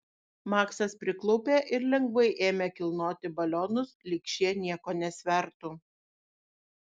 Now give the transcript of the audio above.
maksas priklaupė ir lengvai ėmė kilnoti balionus lyg šie nieko nesvertų